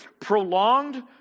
Prolonged